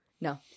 No